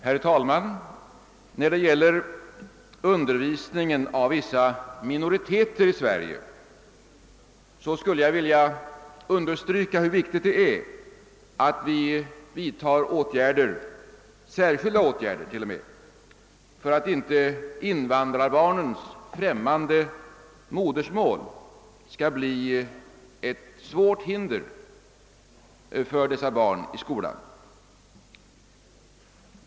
Herr talman! När det gäller undervisningen av vissa minoriteter i Sverige vill jag understryka hur viktigt det är att vi vidtar särskilda åtgärder för att inte invandrarbarnens främmande modersmål skall bli ett svårt hinder för dessa barn i skolan.